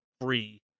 free